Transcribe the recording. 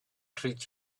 treat